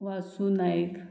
Vasu Naik